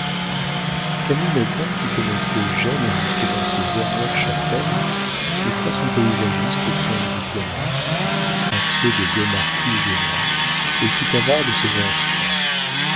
camille maupin qui connaissait gênes jusque dans ses dernières chapelles laissa son paysagiste aux soins du diplomate à ceux des deux marquis génois et fut avare de ses instants